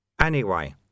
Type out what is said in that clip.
Anyway